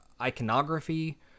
iconography